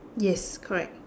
yes correct